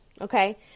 okay